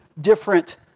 different